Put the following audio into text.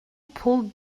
pulled